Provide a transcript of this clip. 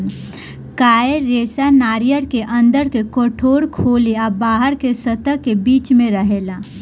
coir रेशा नारियर के अंदर के कठोर खोली आ बाहरी के सतह के बीच में रहेला